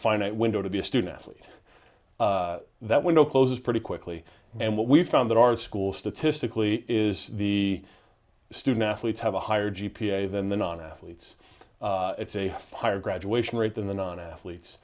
finite window to be a student athlete that window closes pretty quickly and what we've found that our school statistically is the student athletes have a higher g p a than the non athletes it's a higher graduation rate than the non athletes